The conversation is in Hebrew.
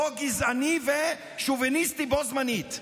חוק גזעני ושוביניסטי בו זמנית.